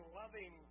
loving